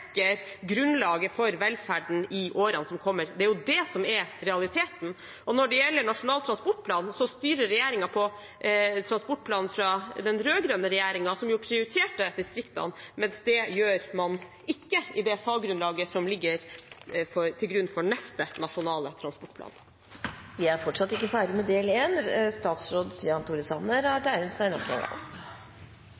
grunnlaget for velferden i årene som kommer. Det er jo det som er realiteten. Når det gjelder Nasjonal transportplan, styrer regjeringen ut fra en transportplan fra den rød-grønne regjeringen, som jo prioriterte distriktene, men det gjør man ikke med det faggrunnlaget som ligger til grunn for neste nasjonale transportplan. Vi er fortsatt ikke ferdig med del 1. Statsråd Jan Tore Sanner har